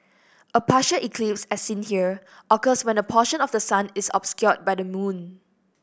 a partial eclipse as seen here occurs when a portion of the sun is obscured by the moon